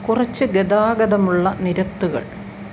കുറച്ച് ഗതാഗതമുള്ള നിരത്തുകൾ